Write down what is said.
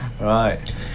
right